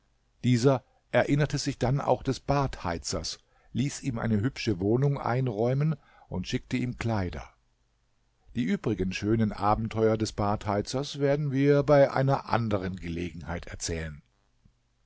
dieser erinnerte sich dann auch des badheizers ließ ihm eine hübsche wohnung einräumen und schickte ihm kleider die übrigen schönen abenteuer des badheizers werden wir bei einer anderen gelegenheit erzählen